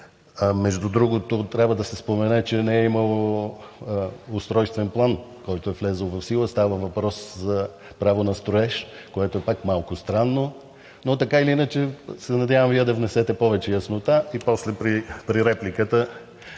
Между другото, трябва да се спомене, че не е имало устройствен план, който е влязъл в сила. Става въпрос за право на строеж, което е пак малко странно, но така или иначе се надявам Вие да внесете повече яснота. После при репликата